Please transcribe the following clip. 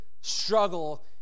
struggle